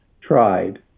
tried